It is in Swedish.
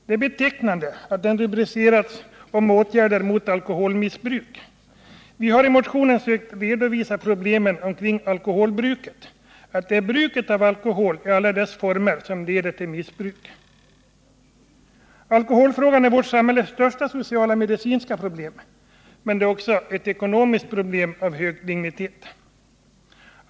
Det är betecknande att motionen har rubricerats ”om åtgärder mot alkoholmissbruk” — vi har i motionen sökt redovisa problemen kring alkoholbruket, att det är bruket av alkohol i alla dess former som leder till missbruk. Alkoholfrågan är vårt samhälles största sociala och medicinska problem, men det är också ett ekonomiskt problem av hög dignitet.